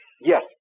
yes